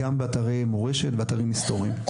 גם באתרי מורשת ואתרים היסטוריים.